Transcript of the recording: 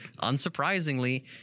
unsurprisingly